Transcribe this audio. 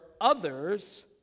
others